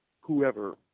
whoever